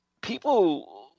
people